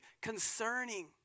concerning